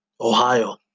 Ohio